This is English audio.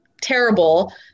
terrible